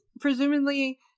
presumably